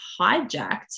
hijacked